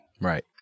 Right